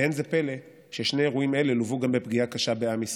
ואין זה פלא ששני אירועים אלה לוו גם בפגיעה קשה בעם ישראל,